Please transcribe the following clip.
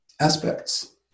Aspects